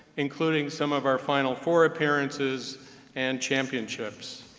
including some of our final four appearances and championships.